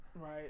Right